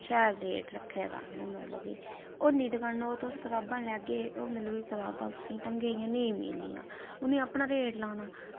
शैल रेट रक्खे दा उनें मतलब कि होरनें दियें दकानें पर तुस कताबां लैगे ओह् कताबां तुसेंगी ढंगै दियां नेईं मिलनियां उनें अपना रेट लाना